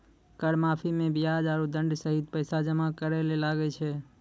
कर माफी मे बियाज आरो दंड सहित पैसा जमा करे ले लागै छै